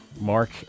Mark